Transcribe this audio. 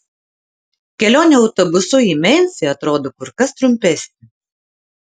kelionė autobusu į memfį atrodo kur kas trumpesnė